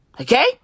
Okay